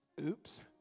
Oops